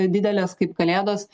dideles kaip kalėdos